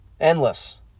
Endless